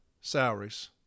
salaries